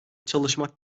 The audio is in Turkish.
çalışmak